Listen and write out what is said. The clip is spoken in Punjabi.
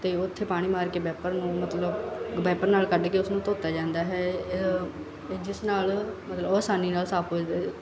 ਅਤੇ ਉੱਥੇ ਪਾਣੀ ਮਾਰ ਕੇ ਵੈਪਰ ਨੂੰ ਮਤਲਬ ਵੈਪਰ ਨਾਲ ਕੱਢ ਕੇ ਉਸਨੂੰ ਧੋਤਾ ਜਾਂਦਾ ਹੈ ਜਿਸ ਨਾਲ ਉਹ ਅਸਾਨੀ ਨਾਲ ਸਾਫ਼ ਹੋ